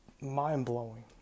mind-blowing